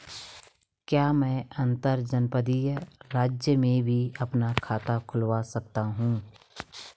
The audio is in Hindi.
क्या मैं अंतर्जनपदीय राज्य में भी अपना खाता खुलवा सकता हूँ?